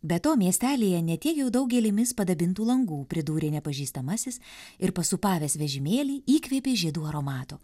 be to miestelyje ne tiek jau daug gėlėmis padabintų langų pridūrė nepažįstamasis ir pasūpavęs vežimėlį įkvėpė žiedų aromato